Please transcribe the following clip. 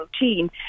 routine